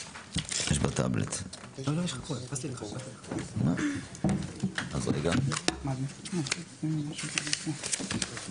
צריך לשמוע גם את האנשים הקטנים יותר מאשר הגדולים.